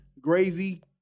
gravy